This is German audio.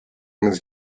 eines